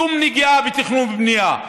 שום נגיעה בתכנון ובנייה.